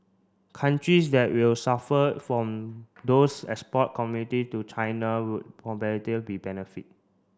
countries that will suffer from those export commodity to China would competitors will benefit